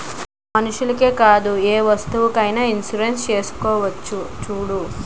మనుషులకే కాదే ఏ వస్తువులకైన ఇన్సురెన్సు చేసుకోవచ్చును చూడూ